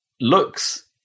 looks